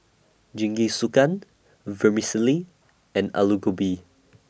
Jingisukan Vermicelli and Alu Gobi